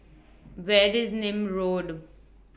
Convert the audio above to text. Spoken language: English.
Where IS Nim Road